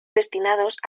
destinados